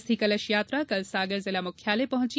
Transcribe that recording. अस्थि कलश यात्रा कल सागर जिला मुख्यालय पहुंची